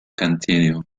continue